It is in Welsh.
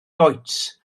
goets